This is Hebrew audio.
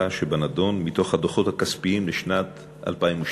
שבנדון מתוך הדוחות הכספיים לשנת 2012: